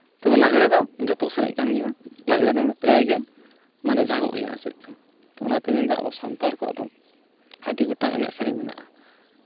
ᱛᱚ ᱞᱟᱜᱽᱲᱮ ᱫᱚ ᱡᱚᱛᱚ ᱥᱮᱜ ᱠᱟᱱ ᱜᱮᱭᱟ ᱞᱟᱜᱽᱲᱮ ᱫᱚ ᱯᱨᱟᱭ ᱜᱮ ᱡᱷᱟᱜᱚᱜ ᱜᱮᱭᱟ ᱟᱨ ᱪᱮᱫ ᱪᱚᱝ ᱛᱚ ᱚᱱᱟᱛᱮᱧ ᱢᱮᱱᱫᱟ ᱟᱵᱚ ᱥᱟᱱᱛᱟᱲ ᱠᱚᱣᱟᱜ ᱫᱚ ᱟᱹᱰᱤ ᱜᱚᱴᱟᱝ ᱮᱱᱮᱡ ᱥᱮᱨᱮᱧ ᱢᱮᱱᱟᱜᱼᱟ